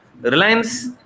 Reliance